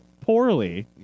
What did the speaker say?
poorly